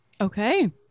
okay